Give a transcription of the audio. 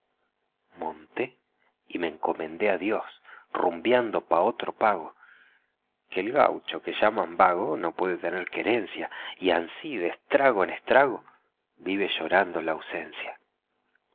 monté y me encomendé a dios rumbiando para otro pago que el gaucho que llaman vago no puede tener querencia y ansí de estrago en estrago vive llorando la ausencia